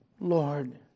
Lord